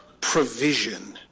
provision